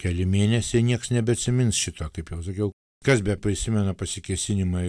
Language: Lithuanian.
keli mėnesiai niekas nebeatsimins šito kaip jau sakiau kas beprisimena pasikėsinimą į